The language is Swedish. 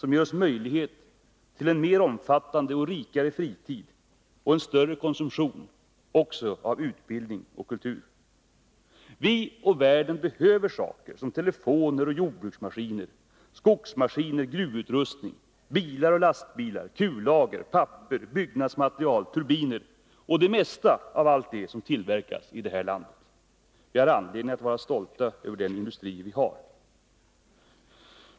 De ger oss möjlighet till en mer omfattande och rikare fritid och en större konsumtion också av utbildning och kultur. Vi och världen behöver saker som telefoner, jordbruksmaskiner, skogsmaskiner, gruvutrustning, bilar och lastbilar, kullager, papper, byggnadsmaterial, turbiner och det mesta av allt det som tillverkas i det här landet. Vi har anledning att vara stolta över den industri vi har.